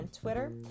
Twitter